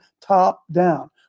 top-down